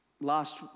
last